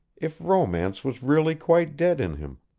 if romance was really quite dead in him.